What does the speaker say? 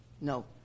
No